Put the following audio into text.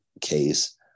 case